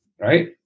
right